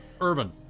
Irvin